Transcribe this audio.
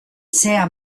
sea